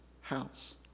house